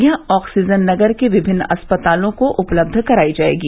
यह ऑक्सीजन नगर के विभिन्न अस्पतालों को उपलब्ध करायी जायेगी